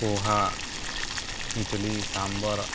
poha idli sambar